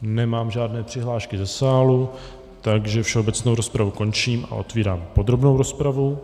Nemám žádné přihlášky ze sálu, takže všeobecnou rozpravu končím a otevírám podrobnou rozpravu.